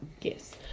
Yes